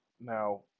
Now